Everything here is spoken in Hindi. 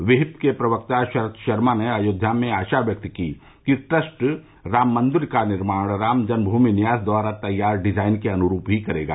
विहिप के प्रवक्ता शरद शर्मा ने अयोध्या में आशा व्यक्त की कि ट्रस्ट राम मंदिर का निर्माण राम जन्म भूमि न्यास द्वारा तैयार डिजाइन के अनुरूप ही करेगा